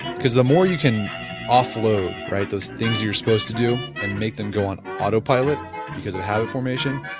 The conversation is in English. because the more you can offload, right, those things you are supposed to do and make them go on autopilot because of habit formation,